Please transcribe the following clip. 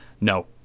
No